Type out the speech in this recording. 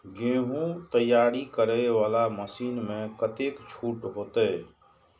गेहूं तैयारी करे वाला मशीन में कतेक छूट होते?